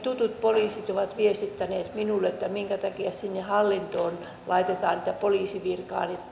tutut poliisit ovat viestittäneet minulle että minkä takia sinne hallintoon laitetaan niitä poliisivirkoja